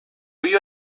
you